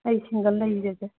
ꯑꯩ ꯁꯤꯡꯒꯜ ꯂꯩꯖꯒꯦ